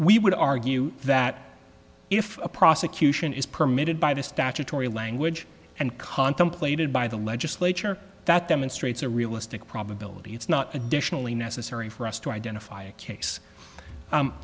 we would argue that if a prosecution is permitted by the statutory language and contemplated by the legislature that demonstrates a realistic probability it's not additionally necessary for us to identify a case